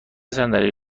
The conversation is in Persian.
صندلی